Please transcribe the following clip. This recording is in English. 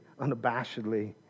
unabashedly